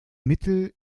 mittel